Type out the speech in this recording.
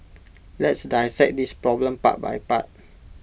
let's dissect this problem part by part